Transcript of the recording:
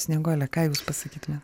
snieguole ką jūs pasakytumėt